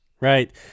Right